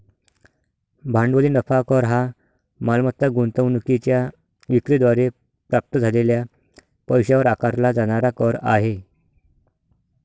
भांडवली नफा कर हा मालमत्ता गुंतवणूकीच्या विक्री द्वारे प्राप्त झालेल्या पैशावर आकारला जाणारा कर आहे